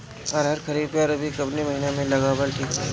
अरहर खरीफ या रबी कवने महीना में लगावल ठीक रही?